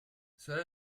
cela